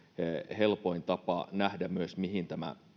helpoin tapa nähdä myös mihin tämä